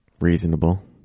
reasonable